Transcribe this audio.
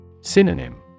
Synonym